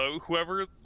whoever